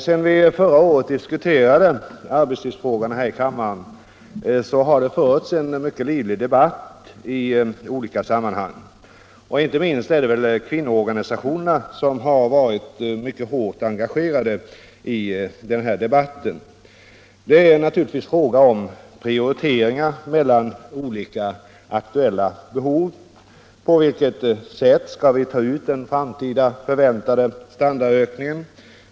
Sedan vi förra året diskuterade arbetstidsfrågorna här i kammaren har det förts en livlig debatt i olika sammanhang. Inte minst är det kvinnoorganisationerna som varit mycket hårt engagerade i denna debatt. Det är naturligtvis fråga om prioriteringar mellan olika aktuella behov. På vilket sätt skall vi ta ut den framtida förväntade standardökningen?